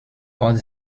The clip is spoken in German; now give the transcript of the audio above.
ort